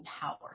power